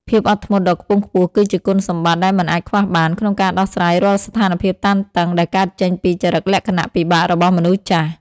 ភាពអត់ធ្មត់ដ៏ខ្ពង់ខ្ពស់គឺជាគុណសម្បត្តិដែលមិនអាចខ្វះបាន ក្នុងការដោះស្រាយរាល់ស្ថានភាពតានតឹងដែលកើតចេញពីចរិតលក្ខណៈពិបាករបស់មនុស្សចាស់។